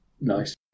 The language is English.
Nice